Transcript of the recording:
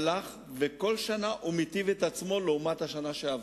בכל שנה מיטיב את עצמו לעומת השנה שעברה.